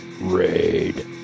Raid